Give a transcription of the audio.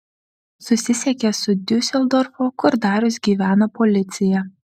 susisiekė su diuseldorfo kur darius gyvena policija